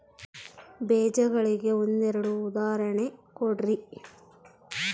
ಬೇಜಗಳಿಗೆ ಒಂದೆರಡು ಉದಾಹರಣೆ ಕೊಡ್ರಿ?